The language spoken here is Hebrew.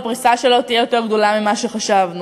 הפריסה שלו תהיה יותר גדולה ממה שחשבנו.